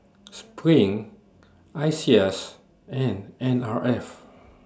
SPRING ISEAS and N R F